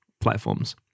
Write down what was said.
platforms